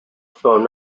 phone